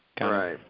Right